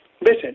Listen